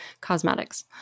cosmetics